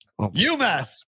UMass